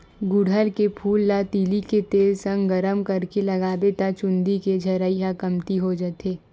गुड़हल के फूल ल तिली के तेल संग गरम करके लगाबे त चूंदी के झरई ह कमती हो जाथे